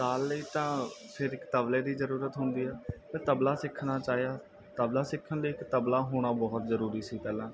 ਤਾਲ ਲਈ ਤਾਂ ਫਿਰ ਇੱਕ ਤਬਲੇ ਦੀ ਜ਼ਰੂਰਤ ਹੁੰਦੀ ਆ ਅਤੇ ਤਬਲਾ ਸਿੱਖਣਾ ਚਾਹਿਆ ਤਬਲਾ ਸਿੱਖਣ ਲਈ ਇੱਕ ਤਬਲਾ ਹੋਣਾ ਬਹੁਤ ਜ਼ਰੂਰੀ ਸੀ ਪਹਿਲਾਂ